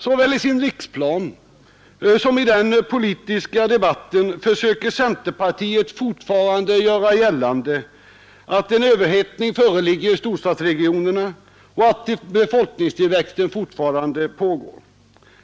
Såväl i sin riksplan som i den politiska debatten försöker centerpartiet fortfarande göra gällande att en överhettning föreligger i storstadsregionerna och att befolkningstillväxten fortfarande pågår.